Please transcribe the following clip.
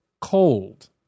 cold